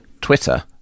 twitter